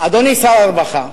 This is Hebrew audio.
אדוני שר הרווחה,